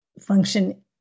function